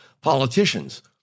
politicians